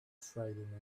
frightening